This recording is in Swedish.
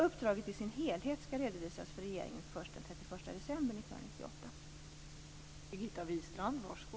Uppdraget i sin helhet skall redovisas för regeringen först den 31